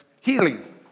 healing